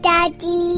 Daddy